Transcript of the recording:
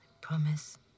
promise